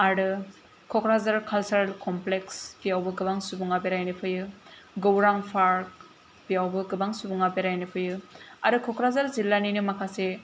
आरो Kokrajhar cultural complex बेयावबो गोबां सुबुंआ बेरयनो फैयो गौरां पार्क बेयावबो गोबां सुबुंआ बेरायनो फैयो आरो क'क्राझार जिल्लानिनो माखासे